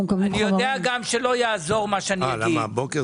לגבי המשכנתאות,